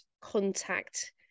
contact